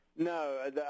No